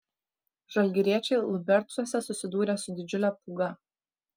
žalgiriečiai liubercuose susidūrė su didžiule pūga